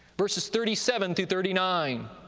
verses thirty seven through thirty nine,